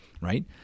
right